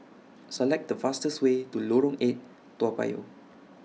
Select The fastest Way to Lorong eight Toa Payoh